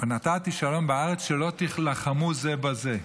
"ונתתי שלום בארץ" שלא תילחמו זה בזה,